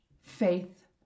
faith